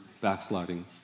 backsliding